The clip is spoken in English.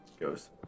Goes